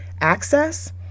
access